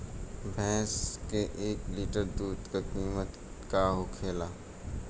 भैंस के एक लीटर दूध का कीमत का होखेला?